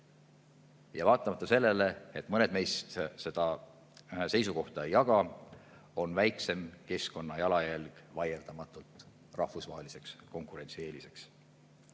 Ja vaatamata sellele, et mõned meist seda seisukohta ei jaga, on väiksem keskkonnajalajälg vaieldamatult rahvusvaheliseks konkurentsieeliseks. Niisamuti